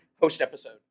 post-episode